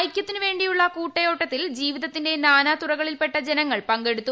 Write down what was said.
ഐക്യത്തിനു വേണ്ടിയുള്ള കൂട്ടയോട്ടത്തിൽ ജീവിതത്തിന്റെ നാനാതുറകളിൽപെട്ട ജനങ്ങൾ പങ്കെടുത്തു